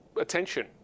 attention